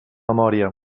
memòria